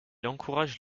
encourage